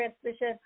transmission